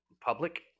public